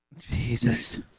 Jesus